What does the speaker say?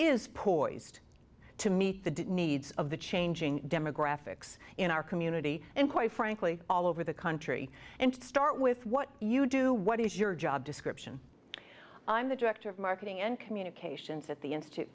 is poised to meet the did needs of the changing demographics in our community and quite frankly all over the country and start with what you do what is your job description i'm the director of marketing and communications at the institute